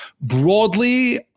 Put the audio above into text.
Broadly